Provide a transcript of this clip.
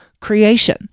creation